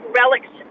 relics